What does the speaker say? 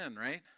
right